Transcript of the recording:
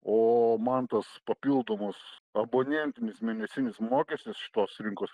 o man tas papildomos abonentinis mėnesinis mokestis šitos rinkos